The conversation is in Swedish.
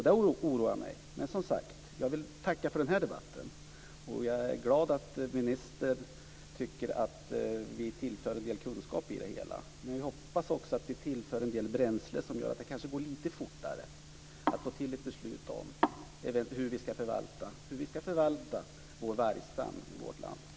Detta oroar mig. Men jag vill tacka för den här debatten och är glad att ministern tycker att vi tillför en del kunskaper. Jag hoppas också att vi tillför en del bränsle som gör att det går lite fortare att få fram ett beslut om hur vi ska förvalta vår vargstam i vårt land.